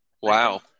Wow